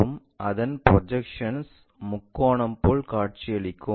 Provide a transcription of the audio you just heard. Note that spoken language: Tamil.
மற்றும் அதன் ப்ரொஜெக்ஷன்ஸ் முக்கோணம் போல் காட்சியளிக்கும்